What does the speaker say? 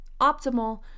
optimal